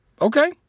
Okay